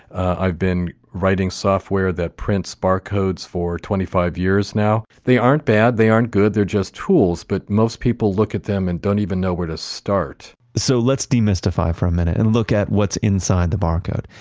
i've been writing software that prints barcodes for twenty five years now. they aren't bad, they aren't good. they're just tools, but most people look at them and don't even know where to start so let's demystify for a minute and look at what's inside the barcode.